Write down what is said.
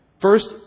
First